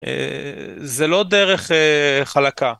זה לא דרך חלקה.